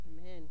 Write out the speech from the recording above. Amen